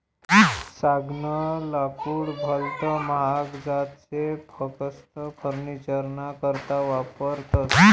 सागनं लाकूड भलत महाग जास ते फकस्त फर्निचरना करता वापरतस